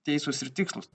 teisūs ir tikslūs